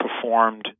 performed